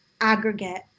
aggregate